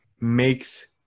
makes